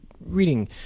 reading